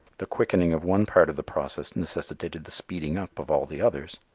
the quickening of one part of the process necessitated the speeding up of all the others.